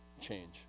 change